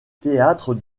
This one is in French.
théâtre